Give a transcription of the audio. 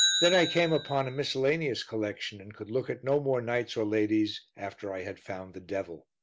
then i came upon a miscellaneous collection and could look at no more knights or ladies after i had found the devil.